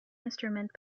instrument